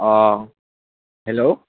অঁ হেল্ল'